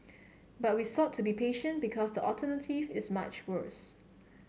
but we thought to be patient because the alternative is much worse